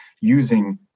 using